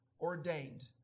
ordained